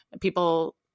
People